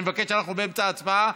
אני מבקש, אנחנו באמצע הצבעה.